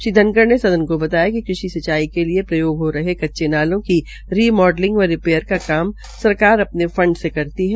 श्री धनखड़ ने सदन को बताया कि कृषि सिंचाई के लिए प्रयोग हो रहे कच्चे नालों की रिमॉडलिंग व रिपेयर का कार्य सरकार अपने फंड से करती है